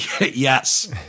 Yes